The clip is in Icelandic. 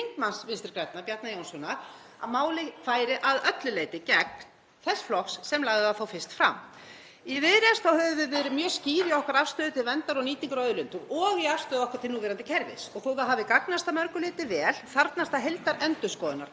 þingmanns Vinstri grænna, Bjarna Jónssonar, að málið fari að öllu leyti gegn þeim flokki sem lagði það þó fyrst fram. Í Viðreisn höfum við verið mjög skýr í okkar afstöðu til verndar og nýtingar á auðlindum og í afstöðu okkar til núverandi kerfis og þó að það hafi gagnast að mörgu leyti vel þarfnast það heildarendurskoðunar